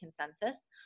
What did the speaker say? consensus